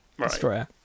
Destroyer